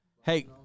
Hey